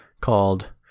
called